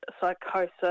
psychosis